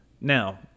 Now